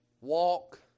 Walk